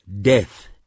death